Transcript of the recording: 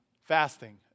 Fasting